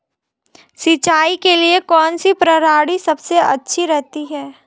सिंचाई के लिए कौनसी प्रणाली सबसे अच्छी रहती है?